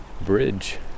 bridge